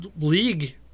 League